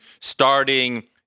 starting